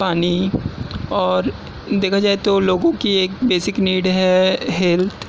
پانی اور دیکھا جائے تو لوگوں کی ایک بیسک نیڈ ہے ہیلتھ